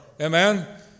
Amen